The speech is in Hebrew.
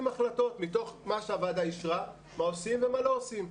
החלטות מתוך מה שהוועדה אישרה מה עושים ומה לא עושים.